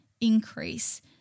increase